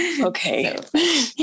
okay